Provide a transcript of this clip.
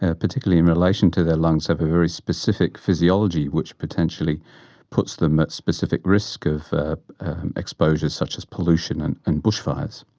and particularly in relation to their lungs, have a very specific physiology which potentially puts them at specific risk of exposures such as pollution and and bushfires.